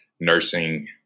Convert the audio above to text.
nursing